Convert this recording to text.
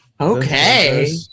Okay